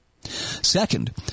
Second